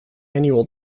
annual